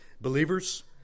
Believers